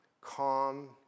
calm